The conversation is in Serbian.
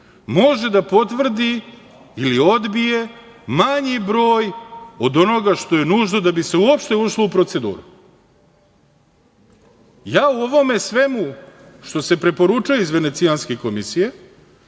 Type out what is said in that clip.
može da potvrdi ili odbije manji broj od onoga što je nužno da bi se uopšte ušlo u proceduru.U ovome svemu što ste preporučuje iz Venecijanske komisije